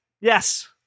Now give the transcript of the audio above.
Yes